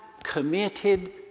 committed